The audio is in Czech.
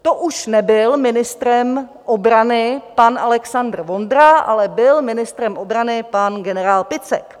To už nebyl ministrem obrany pan Alexandr Vondra, ale byl ministrem obrany pan generál Picek.